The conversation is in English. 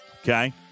Okay